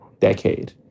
decade